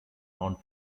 mount